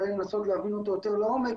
לנסות להבין אותו יותר לעומק,